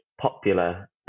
popular